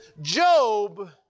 Job